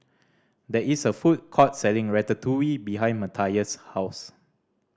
there is a food court selling Ratatouille behind Mathias' house